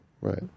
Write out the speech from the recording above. right